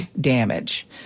damage